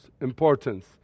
importance